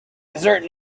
desert